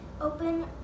Open